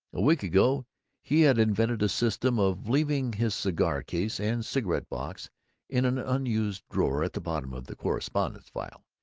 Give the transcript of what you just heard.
a week ago he had invented a system of leaving his cigar-case and cigarette-box in an unused drawer at the bottom of the correspondence-file,